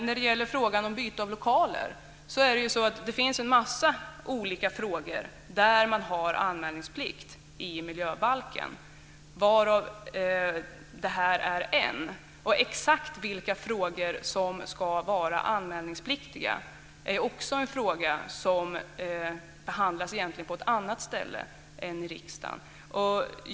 När det gäller byte av lokaler finns det en mängd olika frågor där man har anmälningsplikt enligt miljöbalken, varav detta är en fråga. Exakt vilka frågor som ska vara anmälningspliktiga behandlas egentligen på ett annat ställe än i riksdagen.